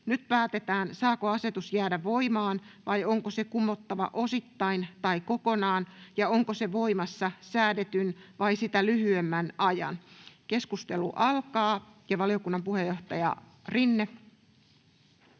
Nyt päätetään, saako asetus jäädä voimaan vai onko se kumottava osittain tai kokonaan ja onko se voimassa säädetyn vai sitä lyhyemmän ajan. — Valiokunnan puheenjohtaja Rinne.